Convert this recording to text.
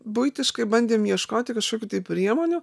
buitiškai bandėm ieškoti kažkokių priemonių